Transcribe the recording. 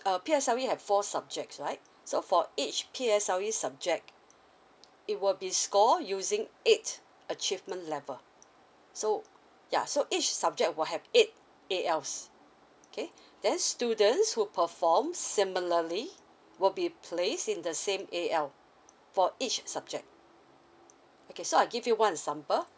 uh P_S_L_E have four subjects right so for each P_S_L_E subject it will be score using eight achievement level so ya so each subject will have eight A_Ls okay then students who perform similarly will be place in the same A_L for each subject okay so I give you one example